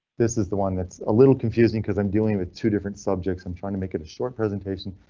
this is the one that's a little confusing cause i'm dealing with two different subjects. i'm trying to make it a short presentation.